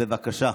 בבקשה.